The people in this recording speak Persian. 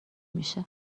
میشه